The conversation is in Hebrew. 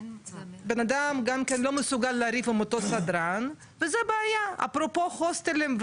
הבן אדם לא מסוגל לריב עם אותו סדרן אפרופו הוסטלים,